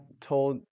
told